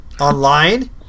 online